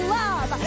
love